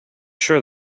sure